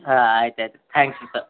ಹಾಂ ಆಯ್ತು ಆಯ್ತು ತ್ಯಾಂಕ್ಸ್